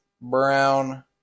Brown